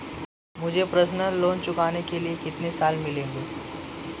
मुझे personal loan चुकाने के लिए कितने साल मिलेंगे?